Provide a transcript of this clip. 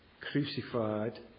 crucified